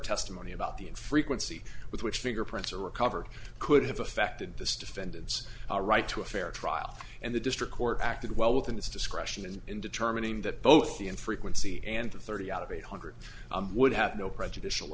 testimony about the and frequency with which bigger prints are recovered could have affected this defendant's right to a fair trial and the district court acted well within its discretion and in determining that both the infrequency and thirty out of a hundred would have no prejudicial